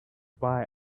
why